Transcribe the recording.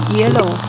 yellow